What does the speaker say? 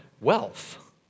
wealth